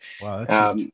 Wow